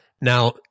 Now